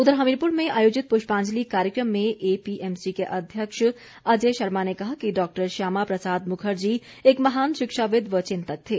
उधर हमीरपुर में आयोजित पुष्पांजलि कार्यक्रम में एपीएमसी के अध्यक्ष अजय शर्मा ने कहा कि डॉ श्यामा प्रसाद मुखर्जी एक महान शिक्षाविद व चिन्तक थे